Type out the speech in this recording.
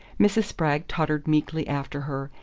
mrs. spragg tottered meekly after her,